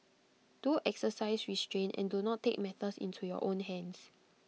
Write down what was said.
do exercise restraint and do not take matters into your own hands